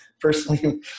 personally